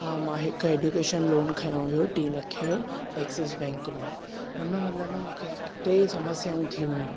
हा मां हिकु एडुकेशन लोन खंयो हुयो टीं लखे जो एक्सिस बैंक मां हुन महिल न मूंखे टे समस्याऊं थियूं हुयूं